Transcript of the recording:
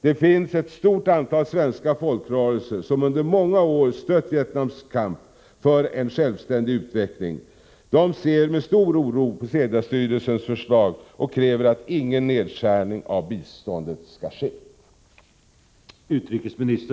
Det finns ett stort antal svenska folkrörelser som under många år stött Vietnams kamp för en självständig utveckling. De ser med stor oro på SIDA-styrelsens förslag och kräver att ingen nedskärning av biståndet skall ske.